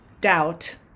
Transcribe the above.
doubt